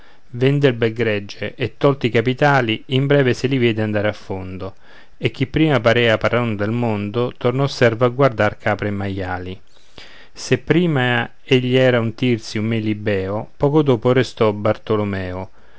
bel gregge e tolti i capitali in breve se li vide andare in fondo e chi prima parea padron del mondo tornò servo a guardar capre e maiali se prima egli era un tirsi un melibeo poco dopo restò bartolomeo